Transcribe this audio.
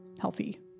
healthy